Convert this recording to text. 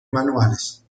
manuales